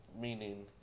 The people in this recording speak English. meaning